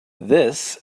this